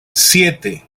siete